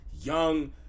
Young